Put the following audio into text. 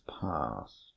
past